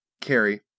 carry